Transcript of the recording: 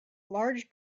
large